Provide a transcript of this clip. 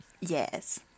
Yes